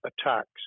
attacks